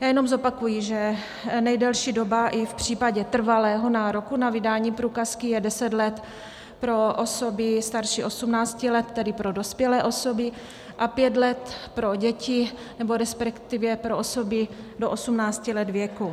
Jenom zopakuji, že nejdelší doba i v případě trvalého nároku na vydání průkazky je deset let pro osoby starší 18 let, tedy pro dospělé osoby, a 5 let pro děti, nebo resp. pro osoby do 18 let věku.